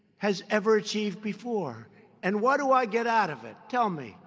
has ever achieved before and what do i get out of it? tell me.